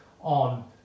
on